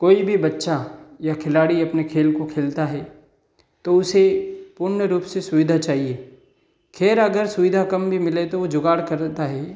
कोई भी बच्चा या खिलाड़ी अपने खेल को खेलता है तो उसे पूर्ण रूप से सुविधा चाहिए खैर अगर सुविधा कम भी मिले तो वो जुगाड़ करता है